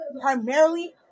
Primarily